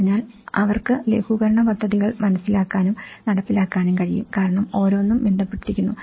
അതിനാൽ അവർക്ക് ലഘൂകരണ പദ്ധതികൾ മനസ്സിലാക്കാനും നടപ്പിലാക്കാനും കഴിയും കാരണം ഓരോന്നും ബന്ധപ്പെട്ടിരിക്കുന്നു